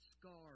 scars